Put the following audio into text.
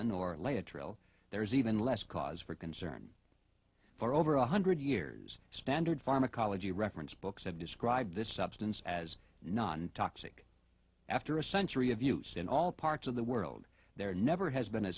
dylan or lay a trail there is even less cause for concern for over one hundred years standard pharmacology reference books have described this substance as non toxic after a century of use in all parts of the world there never has been a